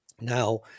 Now